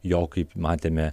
jo kaip matėme